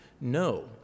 No